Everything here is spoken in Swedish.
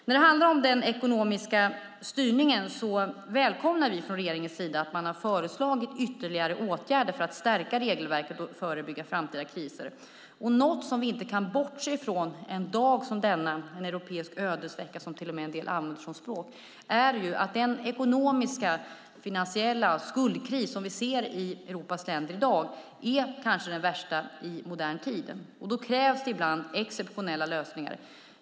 När det gäller den ekonomiska styrningen välkomnar regeringen att man har föreslagit ytterligare åtgärder för att stärka regelverket och förebygga framtida kriser. Något som vi inte kan bortse från en dag som denna - en europeisk ödesvecka säger en del - är att den ekonomiska finansiella skuldkris som vi i dag ser i Europas länder kanske är den värsta i modern tid. Då krävs det ibland exceptionella lösningar.